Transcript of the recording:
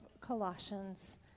Colossians